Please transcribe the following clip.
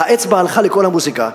והאצבע הלכה ל"קול המוזיקה",